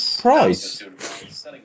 price